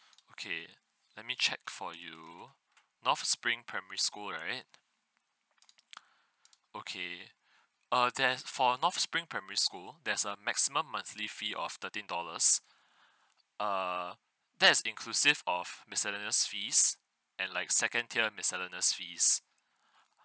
okay let me check for you north spring primary school right okay uh that for north spring primary school there's a maximum monthly fee of thirteen dollars err that is inclusive of miscellaneous fees and like second tier miscellaneous fees